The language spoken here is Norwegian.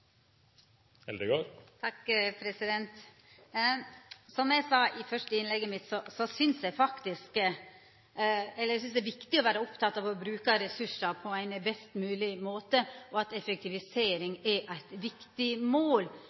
Som eg sa i det første innlegget mitt: Eg synest det er viktig å vera oppteken av å bruka ressursane på ein best mogleg måte, og at effektivisering er eit viktig mål.